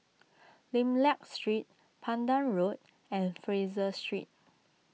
Lim Liak Street Pandan Road and Fraser Street